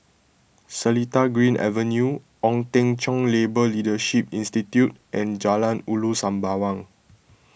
Seletar Green Avenue Ong Teng Cheong Labour Leadership Institute and Jalan Ulu Sembawang